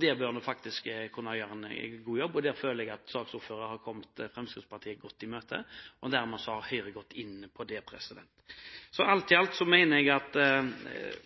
Der bør man faktisk kunne gjøre en god jobb, og der føler jeg at saksordføreren har kommet Fremskrittspartiet godt i møte. Dermed har Høyre gått inn på det. Alt i alt mener jeg